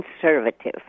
conservative